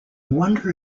wonder